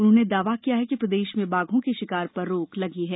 उन्होंने दावा किया है कि प्रदेश में बाघों के शिकार पर रोक लगी है